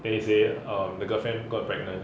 then he say um the girlfriend got pregnant